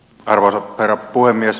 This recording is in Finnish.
arvoisa herra puhemies